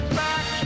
back